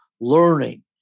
learning